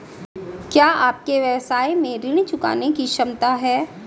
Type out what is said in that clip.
क्या आपके व्यवसाय में ऋण चुकाने की क्षमता है?